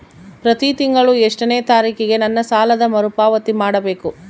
ಪ್ರತಿ ತಿಂಗಳು ಎಷ್ಟನೇ ತಾರೇಕಿಗೆ ನನ್ನ ಸಾಲದ ಮರುಪಾವತಿ ಮಾಡಬೇಕು?